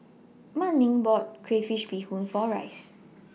Manning bought Crayfish Beehoon For Rice